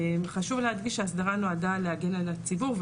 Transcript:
חשוב להדגיש שההסדרה נועדה להגן על הציבור,